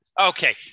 Okay